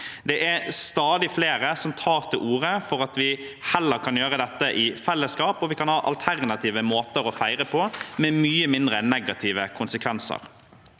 Det er stadig flere som tar til orde for at vi heller kan gjøre dette i fellesskap, og at vi kan ha alternative måter å feire på med mye mindre negative konsekvenser.